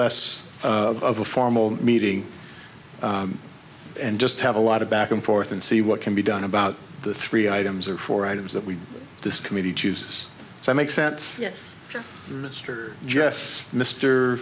less of a formal meeting and just have a lot of back and forth and see what can be done about the three items or four items that we this committee chooses so make sense for mr jess mr